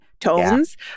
tones